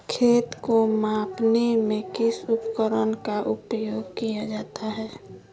खेत को मापने में किस उपकरण का उपयोग किया जाता है?